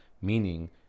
meaning